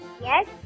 Yes